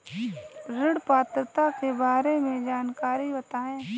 ऋण पात्रता के बारे में जानकारी बताएँ?